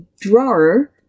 drawer